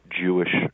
Jewish